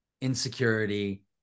insecurity